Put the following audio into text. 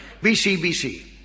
BCBC